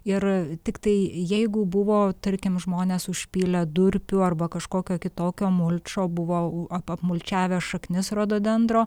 ir tiktai jeigu buvo tarkim žmonės užpylę durpių arba kažkokio kitokio mulčo buvo ap apmulčiavę šaknis rododendro